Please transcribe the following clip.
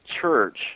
church